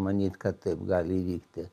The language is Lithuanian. manyt kad taip gali įvykti